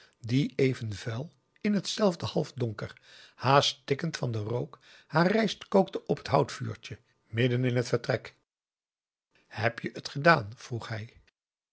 die even vuil in hetzelfde halfdonker haast stikkend van den rook haar rijst kookte op t houtvuurtje midden in het vertrek heb je het gedaan vroeg hij